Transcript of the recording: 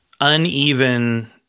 uneven